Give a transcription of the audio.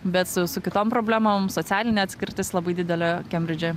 bet su su kitom problemom socialinė atskirtis labai didelė kembridže